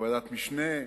בוועדת משנה,